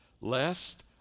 lest